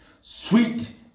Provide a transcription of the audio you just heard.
Sweet